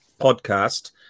podcast